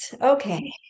okay